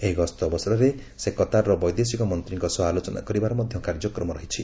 ଏହି ଗସ୍ତ ଅବସରରେ ସେ କତାରର ବୈଦେଶିକ ମନ୍ତ୍ରୀଙ୍କ ସହ ଆଲୋଚନା କରିବାର ମଧ୍ୟ କାର୍ଯ୍ୟକ୍ରମ ରହିଛି